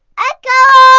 echo!